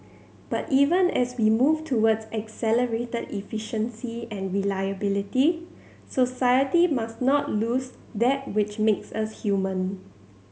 but even as we move towards accelerated efficiency and reliability society must not lose that which makes us human